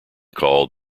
called